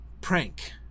prank